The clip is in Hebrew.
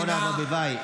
אורנה ברביבאי.